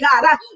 God